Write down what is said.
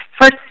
first